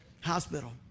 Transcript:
Hospital